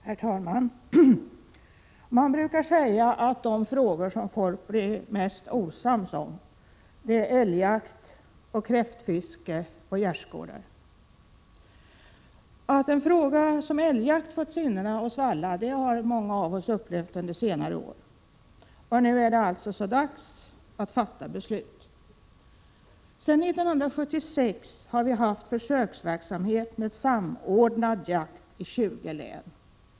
Herr talman! Man brukar säga att de frågor som folk blir mest osams om är älgjakt, kräftfiske och gärsgårdar. Att en fråga som älgjakt får känslorna att svalla har många av oss upplevt under senare år. Nu är det emellertid dags att fatta beslut. Sedan 1976 har man bedrivit försöksverksamhet med samordnad jakt i 20 län.